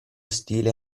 stile